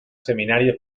seminarios